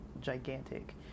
gigantic